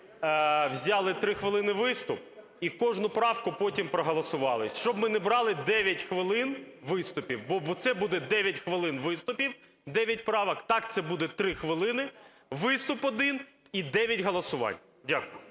взяли 3 хвилини виступ і кожну правку потім проголосували. Щоб ми не брали 9 хвилин виступів, бо це буде 9 хвилин виступів – дев'ять правок. Так це буде 3 хвилини, виступ один і дев'ять голосувань. Дякую.